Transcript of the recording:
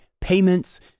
payments